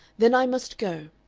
then i must go.